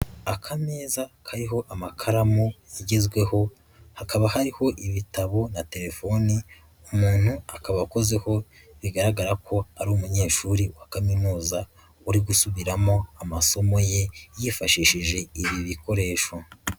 Akameza kariho amakaramu zigezweho, hakaba hariho ibitabo na telefoni umuntu akaba akozeho, bigaragara ko ari umunyeshuri wa kaminuza uri gusubiramo amasomo ye yifashishije ibi bikoresho.